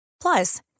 Plus